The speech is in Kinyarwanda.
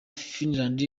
finland